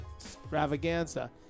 Extravaganza